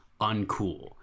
uncool